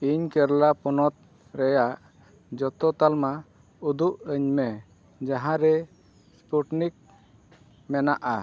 ᱤᱧ ᱠᱮᱨᱟᱞᱟ ᱯᱚᱱᱚᱛ ᱨᱮᱭᱟᱜ ᱡᱚᱛᱚ ᱛᱟᱞᱢᱟ ᱩᱫᱩᱜ ᱟᱹᱧ ᱢᱮ ᱡᱟᱦᱟᱸ ᱨᱮ ᱮᱥᱯᱩᱴᱱᱤᱠ ᱢᱮᱱᱟᱜᱼᱟ